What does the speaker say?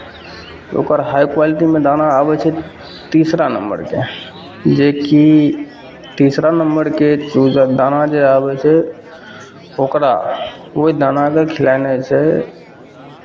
ओकर हाइ क्वालिटीमे दाना आबै छै तीसरा नम्बरके जे कि तीसरा नम्बरके ओ जे दाना जे आबै छै ओकरा ओहि दानाकेँ खिलेनाइ छै